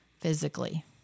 physically